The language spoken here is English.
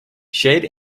shared